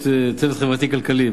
צוות חברתי-כלכלי,